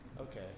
Okay